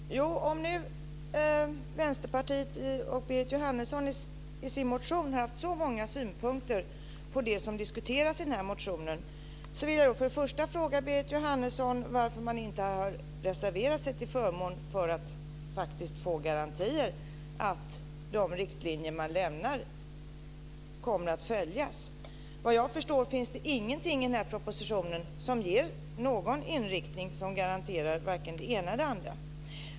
Fru talman! Om nu Vänsterpartiet och Berit Jóhannesson har haft så många synpunkter i sin motion på det som diskuteras vill jag för det första fråga Berit Jóhannesson varför man inte har reserverat sig till förmån för garantier för att de riktlinjer man lämnar kommer att följas. Vad jag förstår finns det ingenting i propositionen som ger en inriktning som garanterar vare sig det ena eller det andra.